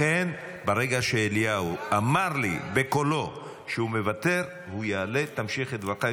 לכן ברגע שאליהו אמר לי בקולו שהוא מוותר והוא יעלה תמשיך את דבריך,